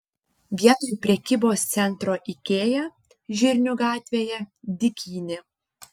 vietoj prekybos centro ikea žirnių gatvėje dykynė